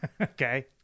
okay